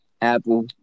Apple